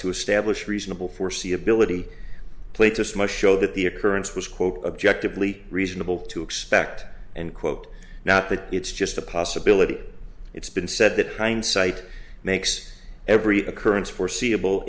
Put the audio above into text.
to establish reasonable foreseeability play to smoke show that the occurrence was quote objectively reasonable to expect and quote not that it's just a possibility it's been said that hindsight makes every occurrence foreseeable